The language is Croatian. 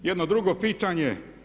Jedno drugo pitanje.